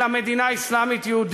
אלא מדינה אסלאמית-יהודית.